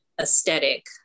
aesthetic